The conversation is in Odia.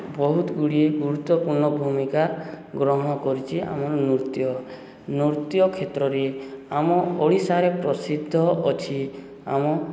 ବହୁତ ଗୁଡ଼ିଏ ଗୁରୁତ୍ୱପୂର୍ଣ୍ଣ ଭୂମିକା ଗ୍ରହଣ କରିଛି ଆମର ନୃତ୍ୟ ନୃତ୍ୟ କ୍ଷେତ୍ରରେ ଆମ ଓଡ଼ିଶାରେ ପ୍ରସିଦ୍ଧ ଅଛି ଆମ